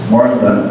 Martha